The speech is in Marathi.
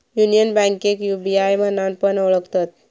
युनियन बैंकेक यू.बी.आय म्हणान पण ओळखतत